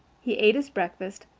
he ate his breakfast,